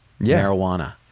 marijuana